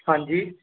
ਹਾਂਜੀ